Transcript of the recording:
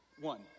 One